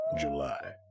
July